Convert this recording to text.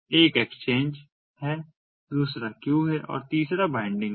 एक एक्सचेंज है दूसरा क्यू है और तीसरा बाइंडिंग है